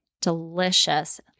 delicious